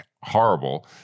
horrible